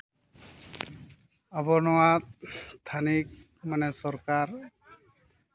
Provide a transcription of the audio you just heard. ᱟᱵᱚ ᱱᱚᱣᱟ ᱛᱷᱟᱱᱤᱛ ᱥᱚᱨᱠᱟᱨ